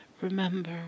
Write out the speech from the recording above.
Remember